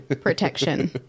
protection